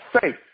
Faith